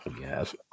yes